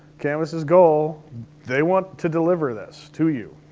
canvas's goal they want to deliver this to you.